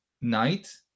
night